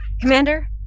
Commander